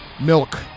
milk